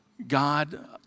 God